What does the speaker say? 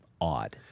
odd